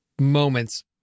moments